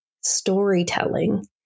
storytelling